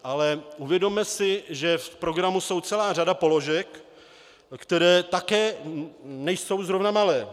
Ale uvědomme si, že v programu je celá řada položek, které také nejsou zrovna malé.